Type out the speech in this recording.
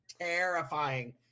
terrifying